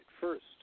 first